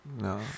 no